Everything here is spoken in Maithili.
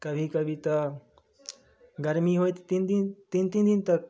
कभी कभी तऽ गर्मी होइत तीन दिन तीन तीन दिन तक